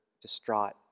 distraught